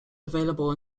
available